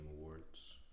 awards